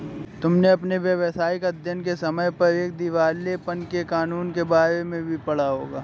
तुमने अपने व्यावसायिक अध्ययन के समय पर दिवालेपन के कानूनों के बारे में भी पढ़ा होगा